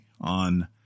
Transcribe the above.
on